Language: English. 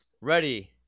Ready